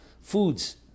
foods